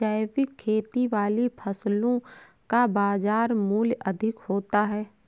जैविक खेती वाली फसलों का बाज़ार मूल्य अधिक होता है